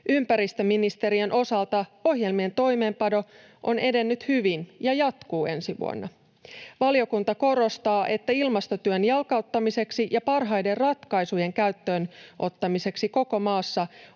Ympäristöministeriön osalta ohjelmien toimeenpano on edennyt hyvin ja jatkuu ensi vuonna. Valiokunta korostaa, että ilmastotyön jalkauttamiseksi ja parhaiden ratkaisujen käyttöönottamiseksi koko maassa